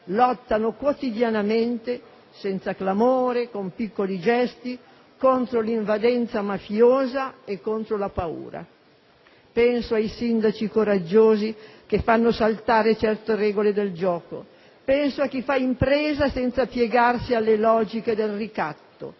lottano quotidianamente, senza clamore, con piccoli gesti, contro l'invadenza mafiosa e contro la paura. Penso ai sindaci coraggiosi che fanno saltare certe regole del gioco, penso a chi fa impresa senza piegarsi alle logiche del ricatto,